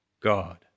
God